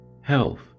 health